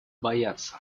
боятся